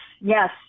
yes